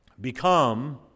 become